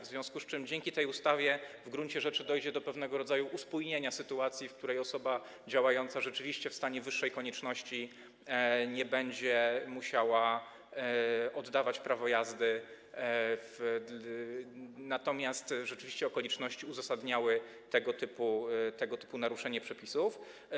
W związku z tym dzięki tej ustawie w gruncie rzeczy dojdzie do pewnego rodzaju uspójnienia sytuacji, w której osoba działająca rzeczywiście w stanie wyższej konieczności nie będzie musiała oddawać prawa jazdy, gdy okoliczności uzasadniały tego typu naruszenie przepisów.